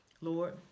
Lord